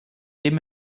dem